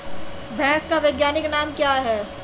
भैंस का वैज्ञानिक नाम क्या है?